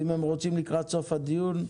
ואם הם רוצים לקראת סוף הדיון,